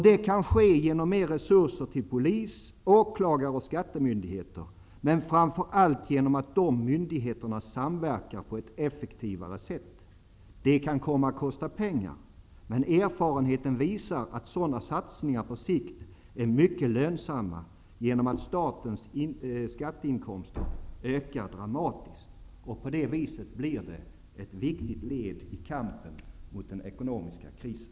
Det kan ske genom mer resurser till polis, åklagare och skattemyndigheter, men framför allt genom att dessa myndigheter samverkar på ett effektivare sätt. Det kan komma att kosta pengar, men erfarenheten visar att sådana satsningar på sikt är mycket lönsamma genom att statens skatteinkomster ökar dramatiskt. På det viset blir det ett viktigt led i kampen mot den ekonomiska krisen.